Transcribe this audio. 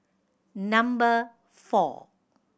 number four